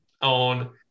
on